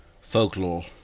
folklore